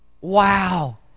Wow